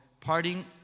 parting